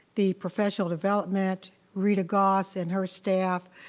the professional development, rita goss and her staff.